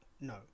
No